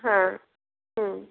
হ্যাঁ হুম